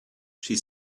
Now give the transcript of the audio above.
she